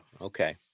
Okay